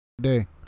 day